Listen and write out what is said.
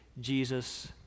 Jesus